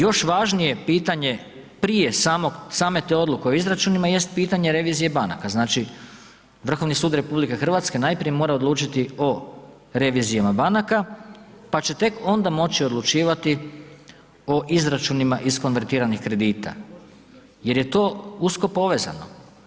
Međutim, još važnije pitanje prije same te odluke o izračunima jest pitanje revizije banaka, znači Vrhovni sud RH najprije mora odlučiti o revizijama banaka, pa će tek onda moći odlučivati o izračunima iz konvertiranih kredita jer je to usko povezano.